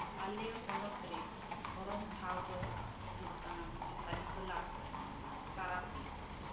ᱟᱞᱮ ᱦᱚᱱᱚᱛ ᱨᱮ ᱫᱷᱚᱨᱚᱢ ᱴᱷᱟᱶ ᱫᱚ ᱦᱳᱭᱳᱜ ᱠᱟᱱᱟ ᱠᱚᱝᱠᱟᱞᱤ ᱛᱚᱞᱟ ᱛᱟᱨᱟᱯᱤᱴ